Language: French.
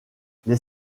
les